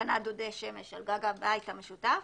בהתקנת דודי שמש על גג הבית המשותף.